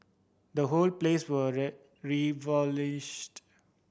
the whole place were